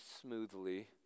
smoothly